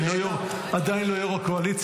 אני עדיין לא יו"ר הקואליציה.